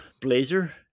blazer